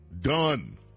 done